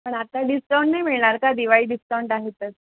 पण आत्ता डिस्काउंट नाही मिळणार का दिवाळी डिस्काउंट आहे तर